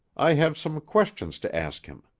i have some questions to ask him.